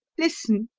listen!